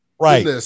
right